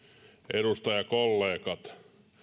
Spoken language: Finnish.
edustajakollegat